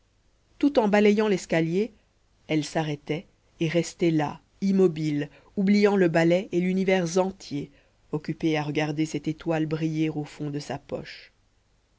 tout en balayant l'escalier elle s'arrêtait et restait là immobile oubliant le balai et l'univers entier occupée à regarder cette étoile briller au fond de sa poche